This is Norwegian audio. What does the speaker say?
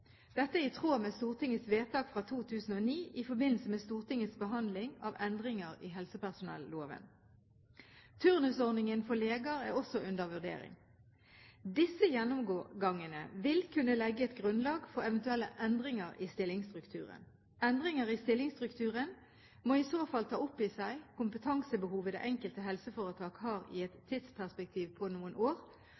Dette er i tråd med Stortingets vedtak fra 2009 i forbindelse med Stortingets behandling av endringer i helsepersonelloven. Turnusordningen for leger er også under vurdering. Disse gjennomgangene vil kunne legge et grunnlag for eventuelle endringer i stillingsstrukturen. Endringer i stillingsstrukturen må i så fall ta opp i seg kompetansebehovet det enkelte helseforetak har i et